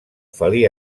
felí